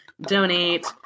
donate